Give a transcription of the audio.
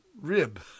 Rib